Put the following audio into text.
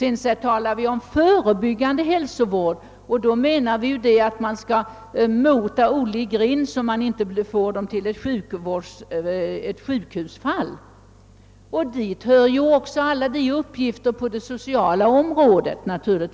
Vi talar också om förebyggande hälsovård och menar då att vi skall mota Olle i grinden för att minska antalet sjukhusfall. Till dessa åtgärder hör naturligtvis alla uppgifter på det sociala området.